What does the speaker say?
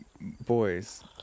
boys